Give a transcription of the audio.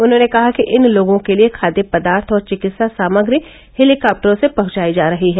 उन्होंने कहा कि इन लोगों के लिए खाद्य पदार्थ और चिकित्सा सामग्री हेलीकॉप्टरों से पहुंचाई जा रही है